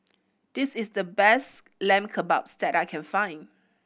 this is the best Lamb Kebabs that I can find